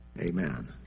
Amen